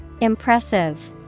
Impressive